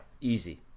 easy